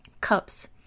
Cups